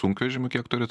sunkvežimių kiek turit